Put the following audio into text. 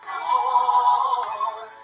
Lord